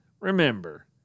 remember